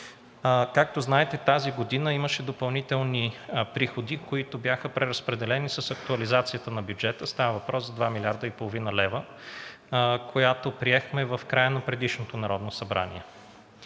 Както знаете, тази година имаше допълнителни приходи, които бяха преразпределени с актуализацията на бюджета. Става въпрос за два милиарда и половина лева, която приехме в края на предишното Народно събрание.